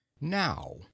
Now